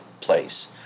place